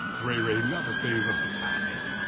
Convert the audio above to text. ray ray never pays on time.